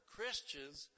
Christians